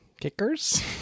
Kickers